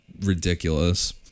ridiculous